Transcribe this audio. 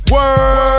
Word